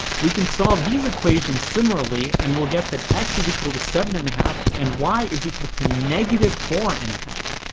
we can solve these equations similarly, and we will get that x is equal to seven and a half, and y is equal to negative four and a half.